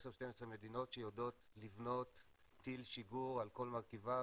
12-10 מדינות שיודעות לבנות טיל שיגור על כל מרכיביו,